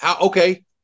Okay